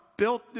built